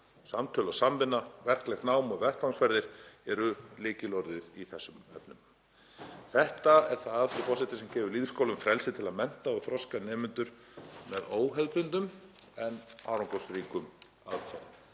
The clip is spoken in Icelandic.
Samtöl, samvinna, verklegt nám og vettvangsferðir eru lykilorðið í þessum efnum. Þetta er það, frú forseti, sem gefur lýðskólum frelsi til að mennta og þroska nemendur með óhefðbundnum en árangursríkum aðferðum.